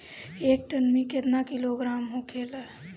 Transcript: एक टन मे केतना किलोग्राम होखेला?